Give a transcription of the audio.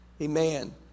Amen